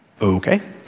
Okay